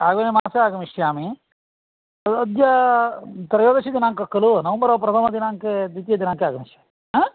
आगामि मासे आगमिष्यामि अद्य त्रयोदशदिनाङ्कः खलु नवेम्बर् प्रथमदिनाङ्के द्वितीयदिनाङ्के आगमिष्यामि